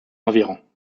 environs